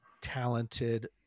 talented